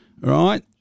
Right